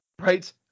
Right